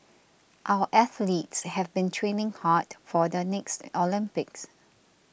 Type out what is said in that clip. our athletes have been training hard for the next Olympics